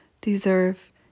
deserve